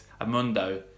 Amundo